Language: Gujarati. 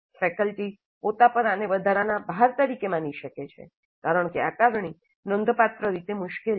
ફેકલ્ટી પોતા પર આને વધારાના ભાર તરીકે માની શકે છે કારણ કે આકારણી નોંધપાત્ર રીતે મુશ્કેલ છે